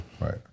Right